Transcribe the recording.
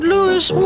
Louis